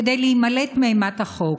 כדי להימלט מאימת החוק,